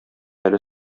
әле